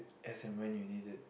as you when you need it